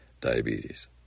diabetes